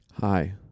Hi